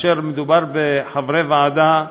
כאשר מדובר בחברי ועדה,